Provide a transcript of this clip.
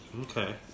Okay